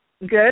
Good